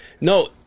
no